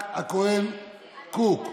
הכהן קוק,